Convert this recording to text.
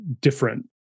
different